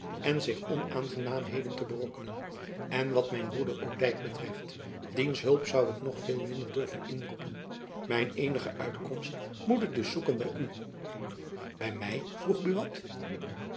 en zich onaangenaamheden te berokkenen en wat mijn broeder odijk betreft diens hulp zoû ik nog veel minder durven inroepen mijn eenige uitkomst moet ik dus zoeken by u by my vroeg buat